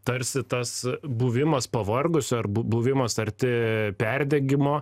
tarsi tas buvimas pavargusiu arba buvimas arti perdegimo